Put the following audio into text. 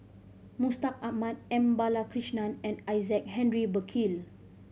Mustaq Ahmad M Balakrishnan and Isaac Henry Burkill